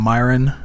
Myron